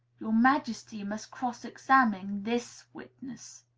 your majesty must cross-examine this witness.